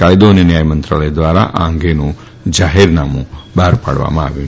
કાયદો અને ન્યાય મંત્રાલય દ્વારા આ અંગેનું જાહેરનામું બહાર પાડવામાં આવ્યું છે